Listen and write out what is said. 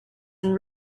and